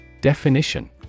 Definition